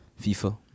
FIFA